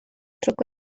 truko